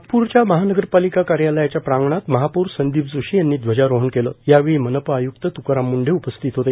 नागप्रच्या महानगरपालिका कार्यालयाच्या प्रांगणात महापौर संदीप जोशी यांनी ध्वजारोहण केलं या वेळी मनपा आय्क्त त्काराम मुंढे उपस्थित होते